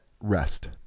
Rest